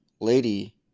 lady